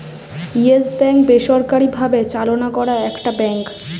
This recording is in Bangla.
ইয়েস ব্যাঙ্ক বেসরকারি ভাবে চালনা করা একটা ব্যাঙ্ক